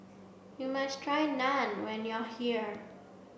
you must try Naan when you are here